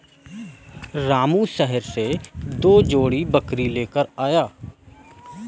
रामू शहर से दो जोड़ी बकरी लेकर आया है